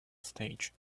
stage